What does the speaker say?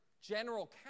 ...general